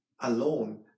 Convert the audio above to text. alone